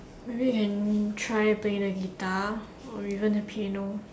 maybe you can try playing a guitar or even a piano